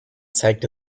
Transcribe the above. zeigte